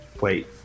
Wait